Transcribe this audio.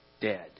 dead